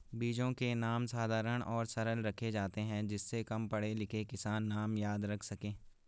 बीजों के नाम साधारण और सरल रखे जाते हैं जिससे कम पढ़े लिखे किसान नाम याद रख सके